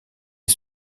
est